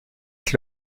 avec